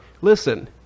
Listen